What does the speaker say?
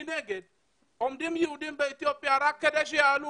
מנגד עומדים יהודים באתיופיה רק כדי שיעלו